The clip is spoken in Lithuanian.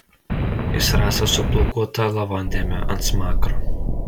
jis rastas su plaukuota lavondėme ant smakro